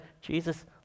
Jesus